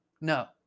No